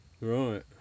Right